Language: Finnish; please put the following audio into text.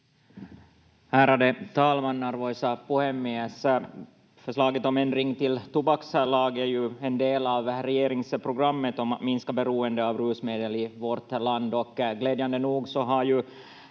Ärade talman, arvoisa puhemies!